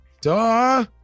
Duh